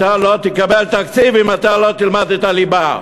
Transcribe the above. אתה לא תקבל תקציב אם אתה לא תלמד את הליבה.